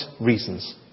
reasons